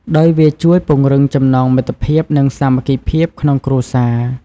ដោយវាជួយ ពង្រឹងចំណងមិត្តភាព និងសាមគ្គីភាពក្នុងគ្រួសារ។